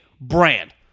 brand